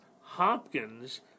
Hopkins